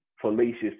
fallacious